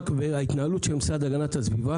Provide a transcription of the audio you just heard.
וההתנהלות של המשרד להגנת הסביבה